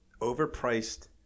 overpriced